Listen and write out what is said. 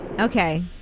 Okay